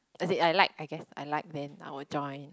as in I like I guess I like then I will join